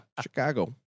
Chicago